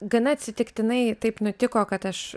gana atsitiktinai taip nutiko kad aš